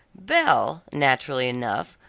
belle, naturally enough,